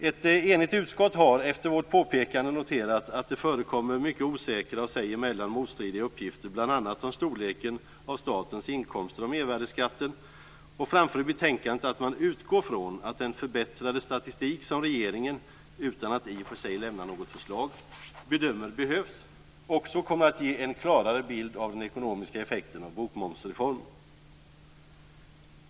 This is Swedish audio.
Ett enigt utskott har, efter vårt påpekande, noterat att det förekommer mycket osäkra och sig emellan motstridiga uppgifter om bl.a. storleken av statens inkomster av mervärdesskatten och framför i betänkandet att man utgår från att den förbättrade statistik som regeringen - utan att i och för sig lämna något förslag - bedömer behövs också kommer att ge en klarare bild av den ekonomiska effekten av bokmomsreformen.